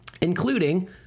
including